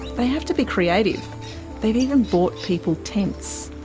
they have to be creative they've even bought people tents.